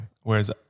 Whereas